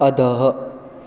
अधः